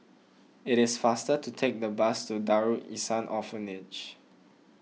it is faster to take the bus to Darul Ihsan Orphanage